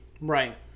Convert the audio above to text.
right